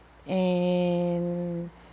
and